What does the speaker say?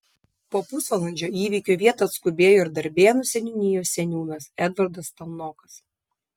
po pusvalandžio į įvykio vietą atskubėjo ir darbėnų seniūnijos seniūnas edvardas stalmokas